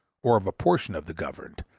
or of a portion of the governed,